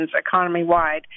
economy-wide